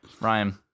Ryan